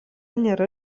nėra